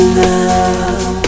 love